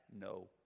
no